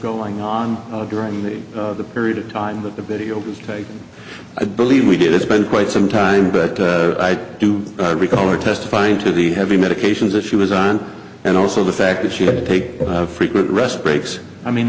going on during the period of time that the video was taken i believe we did it's been quite some time but i do recall her testifying to the heavy medications that she was on and also the fact that she had to take frequent rest breaks i mean